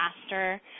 faster